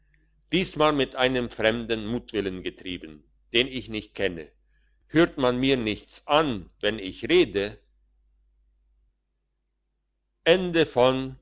diesmal mit einem fremden mutwillen getrieben den ich nicht kenne hört man mir nichts an wenn ich rede